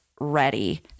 ready